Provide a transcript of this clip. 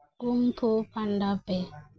ᱠᱩᱝ ᱯᱷᱩ ᱯᱷᱟᱱᱰᱟ ᱯᱮ